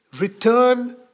Return